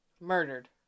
Murdered